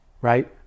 right